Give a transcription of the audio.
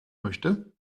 möchte